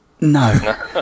No